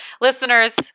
Listeners